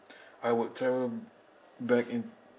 I would travel back in